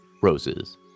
roses